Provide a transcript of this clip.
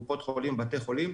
קופות חולים ובתי חולים,